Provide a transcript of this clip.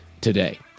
today